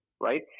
right